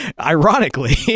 ironically